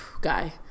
guy